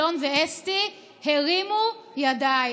אלון ואסתי הרימו ידיים.